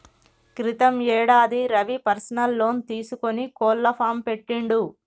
క్రితం యేడాది Ravi personal loan తీసుకొని కోళ్ల ఫాం పెట్టిండు